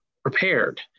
prepared